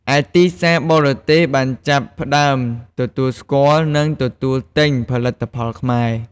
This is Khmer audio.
ឯទីផ្សារបរទេសបានចាប់ផ្ដើមទទួលស្គាល់ និងទទួលទិញផលិតផលខ្មែរ។